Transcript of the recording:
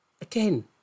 Again